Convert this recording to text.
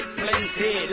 plenty